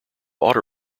auto